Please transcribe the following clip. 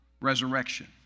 resurrection